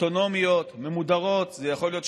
יש